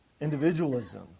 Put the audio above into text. individualism